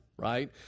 right